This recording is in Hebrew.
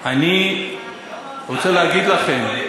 אני רוצה להגיד לכם,